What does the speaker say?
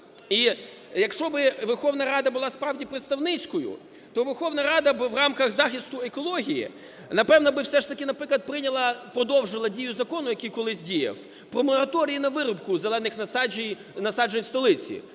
І якщо б Верховна Рада була справді представницькою, то Верховна Рада би в рамках захисту екології, напевно, би все ж таки, наприклад, прийняла, продовжила дію закону, який колись діяв, про мораторій на вирубку зелених насаджень столиці.